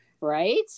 Right